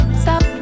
stop